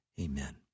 amen